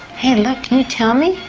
hey look, can you tell me,